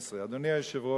2012. אדוני היושב-ראש,